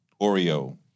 Oreo